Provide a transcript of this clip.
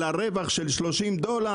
על רווח של 30 דולר,